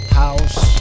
house